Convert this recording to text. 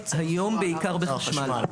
היום בעיקר בחשמל.